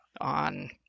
on